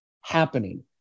happening